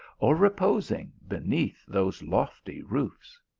or reposing beneath those lofty roofs!